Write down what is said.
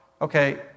Okay